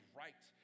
right